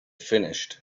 finished